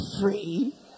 free